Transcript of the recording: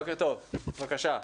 בבקשה.